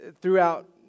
throughout